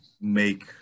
make